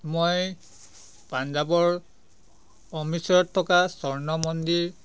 মই পঞ্জাবৰ অমৃতসৰ থকা স্বৰ্ণমন্দিৰ